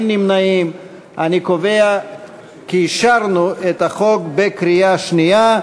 אני קובע כי אישרנו את החוק בקריאה השנייה,